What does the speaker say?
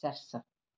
ଚାରିଶହ